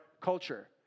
culture